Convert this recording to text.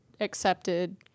accepted